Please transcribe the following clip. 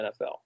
NFL